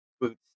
boots